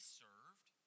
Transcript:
served